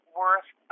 worth